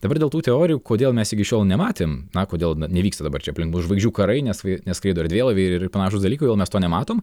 dabar dėl tų teorijų kodėl mes iki šiol nematėm na kodėl na nevyksta dabar čia aplink mus žvaigždžių karai nes neskraido erdvėlaiviai ir ir panašūs dalykai o gal mes to nematom